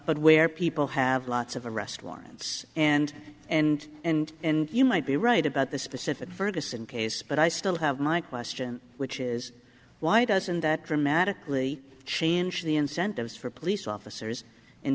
but where people have lots of arrest warrants and and and and you might be right about the specific ferguson case but i still have my question which is why doesn't that dramatically change the incentives for police officers